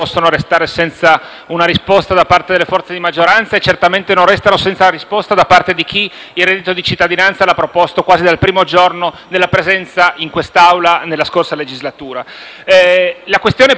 una risposta da parte delle forze di maggioranza e certamente non restano senza una risposta da parte di chi il reddito di cittadinanza l'ha proposto quasi dal primo giorno di presenza in quest'Aula nella scorsa legislatura. La questione pregiudiziale, come